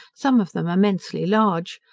some of them immensely large,